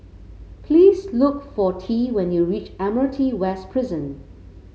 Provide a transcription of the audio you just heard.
please look for Tea when you reach Admiralty West Prison